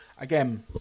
again